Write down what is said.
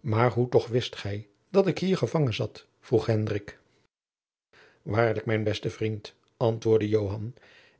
maar hoe toch wist gij dat ik hier gevangen zat vroeg hendrik waarlijk mijn beste vriend antwoordde joan